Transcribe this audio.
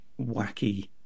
wacky